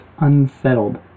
unsettled